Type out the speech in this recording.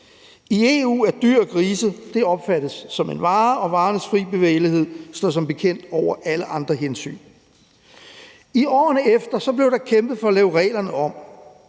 Grise er dyr, og i EU opfattes de som en vare, og varernes fri bevægelighed står som bekendt over alle andre hensyn. I årene efter blev der kæmpet for at lave reglerne om.